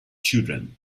children